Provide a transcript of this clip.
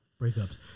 breakups